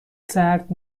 سرد